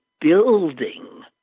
building